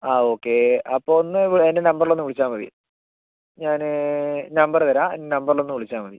ആ ഓക്കേ അപ്പോൾ ഒന്ന് എൻ്റെ നമ്പറിലൊന്ന് വിളിച്ചാൽമതി ഞാൻ നമ്പർ തരാം നമ്പറിലൊന്നു വിളിച്ചാൽമതി